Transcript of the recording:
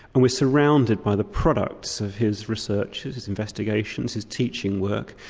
and we're surrounded by the products of his research, his his investigations, his teaching work,